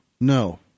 No